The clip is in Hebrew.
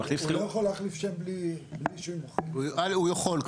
הוא לא יכול להחליף שם בלי --- הוא יכול,